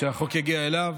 שהחוק יגיע אליו,